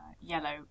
yellow